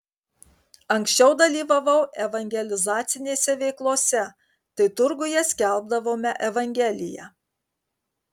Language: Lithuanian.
anksčiau dalyvavau evangelizacinėse veiklose tai turguje skelbdavome evangeliją